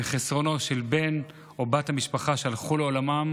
חסרונו של בן או בת המשפחה שהלכו לעולמם